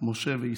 משה וישראל!"